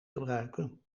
gebruiken